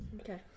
okay